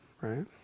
right